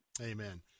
Amen